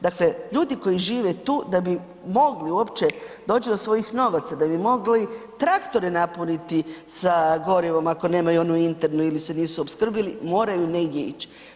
Dakle, ljudi koji žive tu da bi mogli uopće doć do svojih novaca, da bi mogli traktore napuniti sa gorivom ako nemaju onu internu ili se nisu opskrbili, moraju negdje ići.